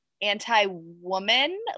anti-woman